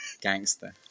Gangster